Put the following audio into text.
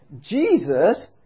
Jesus